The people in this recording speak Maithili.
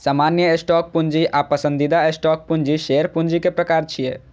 सामान्य स्टॉक पूंजी आ पसंदीदा स्टॉक पूंजी शेयर पूंजी के प्रकार छियै